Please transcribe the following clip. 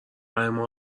اما